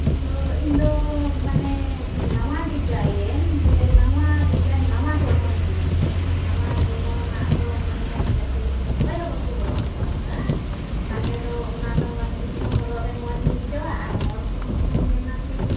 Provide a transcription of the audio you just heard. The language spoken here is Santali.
ᱛᱚ ᱤᱧ ᱫᱚ ᱢᱟᱱᱮ ᱱᱟᱣᱟ ᱰᱤᱡᱟᱭᱮᱱ ᱡᱮ ᱱᱟᱣᱟ ᱰᱤᱡᱟᱭᱮᱱ ᱱᱟᱣᱟ ᱜᱚᱲᱦᱚᱱᱤᱧ ᱢᱮᱱᱮᱫ ᱠᱟᱱᱟ ᱱᱟᱣᱟ ᱜᱚᱲᱦᱚᱱᱟᱜ ᱫᱚ ᱢᱟᱱᱮ ᱡᱟᱛᱮ ᱚᱠᱚᱭ ᱦᱚᱸ ᱵᱟᱠᱚ ᱦᱚᱨᱚᱜ ᱞᱮᱜᱟ ᱟᱠᱟᱫ ᱛᱟᱞᱦᱮ ᱫᱚ ᱚᱱᱟ ᱫᱚ ᱢᱟᱱᱮ ᱤᱧ ᱦᱚᱸ ᱦᱚᱨᱚᱜ ᱨᱮ ᱢᱚᱡᱽ ᱤᱧ ᱟᱹᱭᱠᱟᱹᱣᱟ ᱟᱨ ᱦᱚᱲ ᱠᱚᱦᱚᱸ ᱠᱚ ᱢᱮᱱᱟ ᱡᱮ